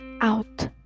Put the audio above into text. out